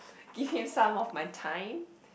give him some of my time